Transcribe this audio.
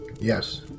Yes